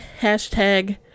hashtag